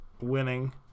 winning